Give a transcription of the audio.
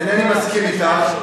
אינני מסכים אתך.